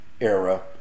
era